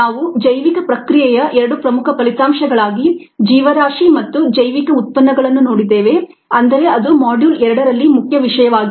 ನಾವು ಜೈವಿಕ ಪ್ರಕ್ರಿಯೆಯ ಎರಡು ಪ್ರಮುಖ ಫಲಿತಾಂಶಗಳಾಗಿ ಜೀವರಾಶಿ ಮತ್ತು ಜೈವಿಕ ಉತ್ಪನ್ನಗಳನ್ನು ನೋಡಿದ್ದೇವೆ ಅಂದರೆ ಅದು ಮಾಡ್ಯೂಲ್ 2 ರಲ್ಲಿ ಮುಖ್ಯ ವಿಷಯವಾಗಿತ್ತು